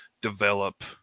develop